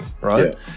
Right